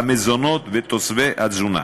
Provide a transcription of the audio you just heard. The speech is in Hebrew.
המזונות ותוספי התזונה.